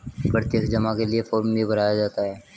प्रत्यक्ष जमा के लिये फ़ार्म भी भराया जाता है